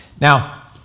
Now